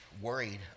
worried